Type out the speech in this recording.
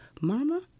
Mama